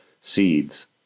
seeds